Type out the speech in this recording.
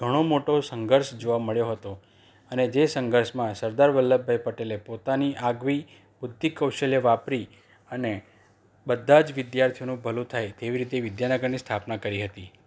ઘણો મોટો સંઘર્ષ જોવા મળ્યો હતો અને જે સંઘર્ષમાં સરદાર વલ્લભભાઈ પટેલે પોતાની આગવી બુદ્ધિ કૌશલ્ય વાપરી અને બધા જ વિદ્યાર્થીઓનું ભલું થાય તેવી રીતે વિદ્યાનગરની સ્થાપના કરી હતી